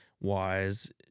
wise